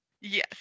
Yes